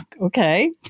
Okay